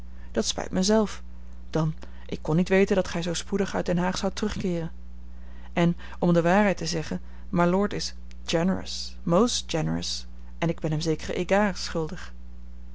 dat spijt mij zelf dan ik kon niet weten dat gij zoo spoedig uit den haag zoudt terugkeeren en om de waarheid te zeggen mylord is generous most generous en ik ben hem zekere égards schuldig